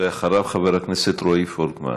בבקשה, ואחריו, חבר הכנסת רועי פולקמן.